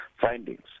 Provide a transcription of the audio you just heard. findings